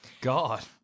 God